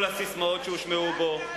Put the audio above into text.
כל הססמאות שהושמעו בו,